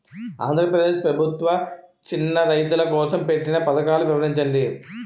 ఆంధ్రప్రదేశ్ ప్రభుత్వ చిన్నా రైతుల కోసం పెట్టిన పథకాలు వివరించండి?